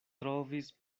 trovis